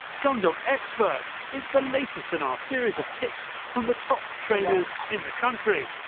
gundog experts it's the latest in our series of tips from the top trainers in the country.